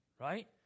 right